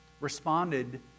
responded